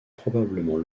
probablement